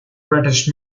british